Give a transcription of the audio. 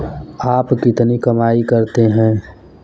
आप कितनी कमाई करते हैं?